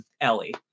Ellie